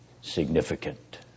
significant